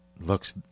looks